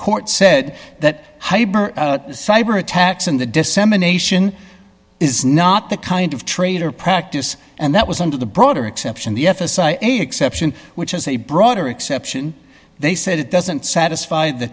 court said that cyber attacks in the dissemination is not the kind of trade or practice and that was under the broader exception the f s a exception which is a broader exception they said it doesn't satisfy the